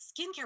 skincare